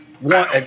One